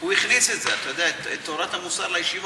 הוא הכניס את זה, את תורת המוסר לישיבות.